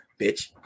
bitch